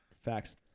Facts